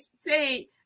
say